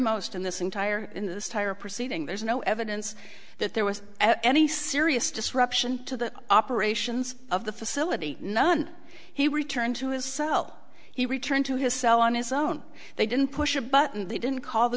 most in this entire in this tire proceeding there's no evidence that there was any serious disruption to the operations of the facility none he returned to his cell he returned to his cell on his own they didn't push a button they didn't call the